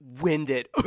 winded